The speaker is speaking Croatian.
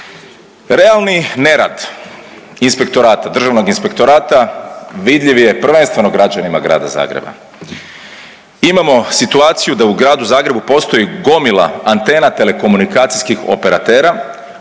inspektorata, Državnog inspektorata vidljiv je prvenstveno građanima grada Zagreba. Imamo situaciju da u gradu Zagrebu postoji gomila antena telekomunikacijskih operatera,